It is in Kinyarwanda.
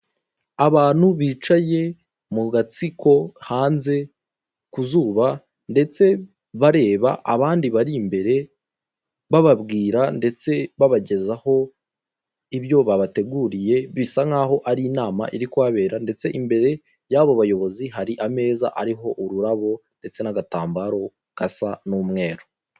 Abantu bicaye mu gatsiko hanze kuzuba ndetse bareba abandi bari imbere bababwira ndetse babagezaho ibyo babateguriye bisa nsho ari inama iri kuhabera ndetse imbere yabo bayobozi hari ameza ariho ururabo ndetse n'agatambaro gasa n'umweru.